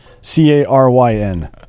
C-A-R-Y-N